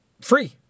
free